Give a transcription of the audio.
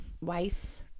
Weiss